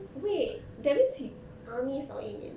wait that means he army 少一年